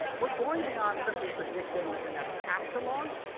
we're going beyond simply predicting the next app to launch,